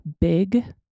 big